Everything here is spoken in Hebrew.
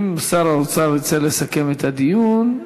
אם שר האוצר ירצה לסכם את הדיון,